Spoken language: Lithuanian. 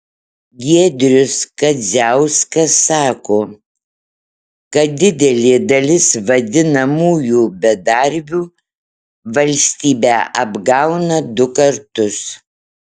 giedrius kadziauskas sako kad didelė dalis vadinamųjų bedarbių valstybę apgauna du kartus